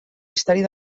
història